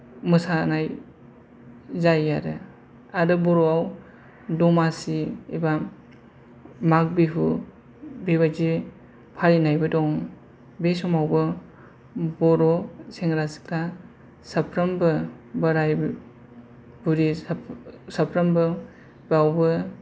मोसानाय जायो आरो आरो बर'आव दमासि एबा माग बिहु बेबायदि फालिनायबो दं बे समावबो बर' सेंग्रा सिख्ला साफ्रोमबो बोराय बुरि साफ्रोमबो बावबो